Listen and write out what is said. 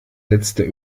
letzte